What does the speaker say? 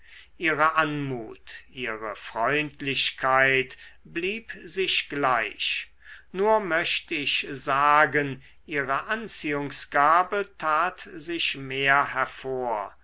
ihre anmut ihre freundlichkeit blieb sich gleich nur möcht ich sagen ihre anziehungsgabe tat sich mehr hervor